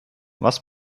was